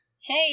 Hey